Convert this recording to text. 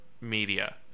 media